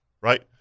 right